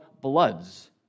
bloods